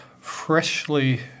freshly